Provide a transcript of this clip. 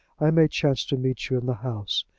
i may chance to meet you in the house.